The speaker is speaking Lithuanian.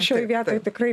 šioj vietoj tikrai